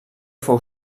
fou